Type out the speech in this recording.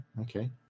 Okay